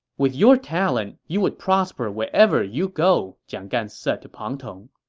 with your talent, you would prosper wherever you go, jiang gan said to pang tong.